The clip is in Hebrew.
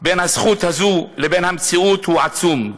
בין הזכות הזאת לבין המציאות הוא עצום.